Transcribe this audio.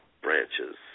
branches